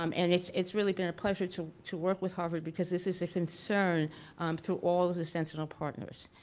um and it's it's really been a pleasure to to work with harvard because this is a concern through all of the sentinel partners